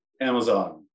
Amazon